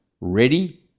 ready